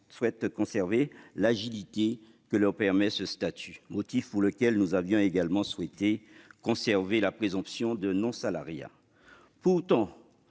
souhaitent conserver l'agilité que leur permet ce statut, motif pour lequel nous avions également souhaité conserver la présomption de non-salariat. Pourtant,